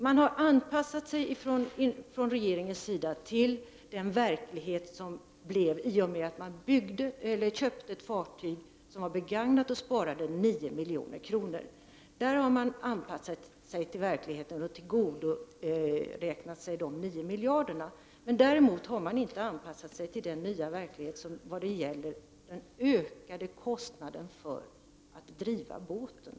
Man har från regeringens sida anpassat sig till den verklighet som uppkom i och med att man köpte ett begagnat fartyg och kunde spara 9 milj.kr. I det avseendet har man anpassat sig till verkligheten och alltså tillgodoräknat sig 9 milj.kr. Däremot har man inte anpassat sig till den nya verkligheten vad gäller den ökade kostnaden för att driva båten.